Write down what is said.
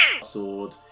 sword